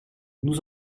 nous